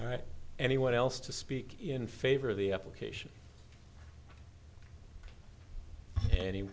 all right anyone else to speak in favor of the application an